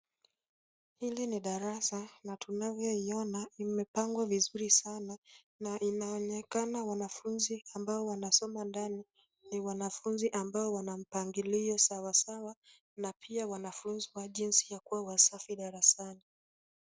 Hili ni darasa na tunavyoiona imepangwa vizuri sana na inaonekana wanafunzi ambao wanasoma ndani ni wanafunzi ambao wana mpangilio sawasawa na pia wanafunzi wa jinsi ya kuwa wasafi darasani.